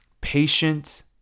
patient